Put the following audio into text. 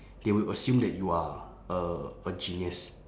they will assume that you are a a genius